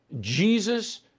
Jesus